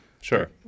Sure